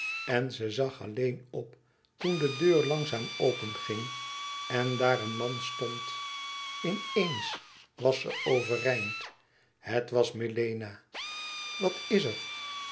en ze zag alleen op toen de deur langzaam openging en daar een man stond in eens was ze overeind het was melena wat is er